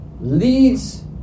leads